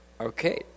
Okay